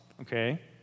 okay